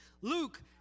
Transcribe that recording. Luke